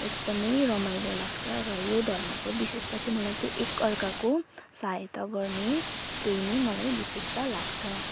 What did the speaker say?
एकदमै रमाइलो लाग्छ र यो धर्मको विशेषता चाहिँ मलाई एकअर्काको सहायता गर्ने त्यही ने मलाई विशेषता लाग्छ